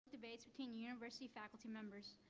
debates between university faculty members.